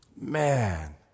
Man